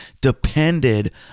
depended